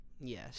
Yes